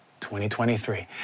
2023